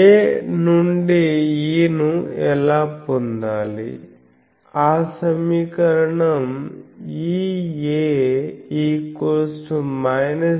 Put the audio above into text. A నుండి E ను ఎలా పొందాలి ఆ సమీకరణం EA jwA